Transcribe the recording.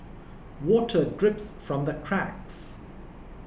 water drips from the cracks